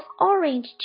orange